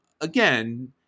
again